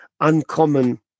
uncommon